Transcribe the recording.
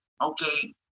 Okay